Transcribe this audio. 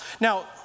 now